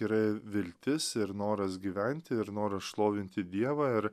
yra viltis ir noras gyventi ir noras šlovinti dievą ar